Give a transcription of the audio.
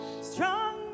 Strong